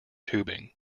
tubing